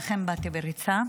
ואכן באתי בריצה,